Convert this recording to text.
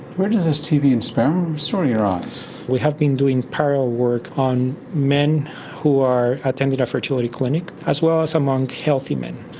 where does this tv and sperm story arise? we have been doing parallel work on men who attended a fertility clinic as well as among healthy men.